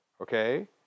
Okay